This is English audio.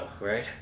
right